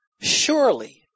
Surely